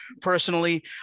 personally